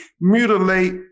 mutilate